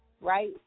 right